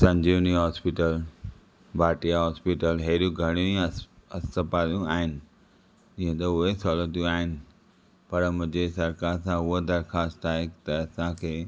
संजीवनी hospital Bhatia hospital हेड़ियूं घणियूं ई हॉस आहिनि जीअं त उहे सहुलतियूं आहिनि पर मुंहिंजी सरकार सां उहा दरिख़्वास्त आहे त असां खे